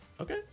Okay